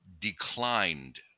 declined